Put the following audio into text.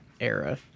era